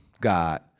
God